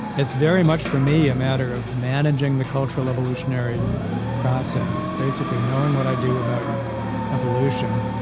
it's very much for me a matter of managing the cultural evolutionary process. basically knowing what i do about evolution,